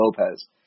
Lopez